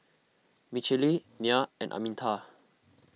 Michale Nyah and Arminta